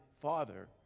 Father